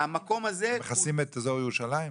הם מכסים רק את ירושלים?